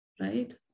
right